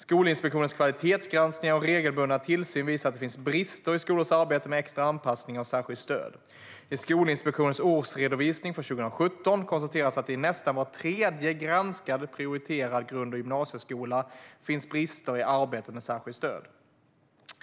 Skolinspektionens kvalitetsgranskningar och regelbundna tillsyn visar att det finns brister i skolors arbete med extra anpassningar och särskilt stöd. I Skolinspektionens årsredovisning för 2017 konstateras att det i nästan var tredje granskad prioriterad grund och gymnasieskola finns brister i arbetet med särskilt stöd.